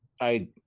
I-